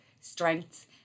strengths